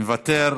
מוותר,